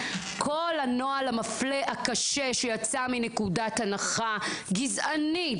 כל הנוהל המפלה שיצא מנקודת הנחה גזענית